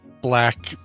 black